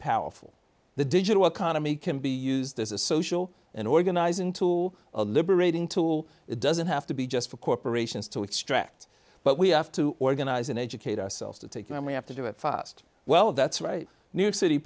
powerful the digital economy can be used as a social an organizing tool or liberating tool it doesn't have to be just for corporations to extract but we have to organize and educate ourselves to take it and we have to do it fast well that's right new